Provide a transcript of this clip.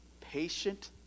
patient